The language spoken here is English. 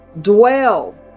dwell